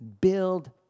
Build